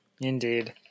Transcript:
Indeed